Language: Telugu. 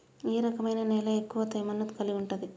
ఏ రకమైన నేల ఎక్కువ తేమను కలిగుంటది?